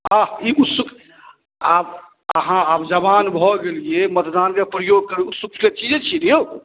आह ई उत्सुक आब अहाँ आब जवान भऽ गेलिए मतदानके प्रयोग करबै उत्सुकके चीजे छिए ने यौ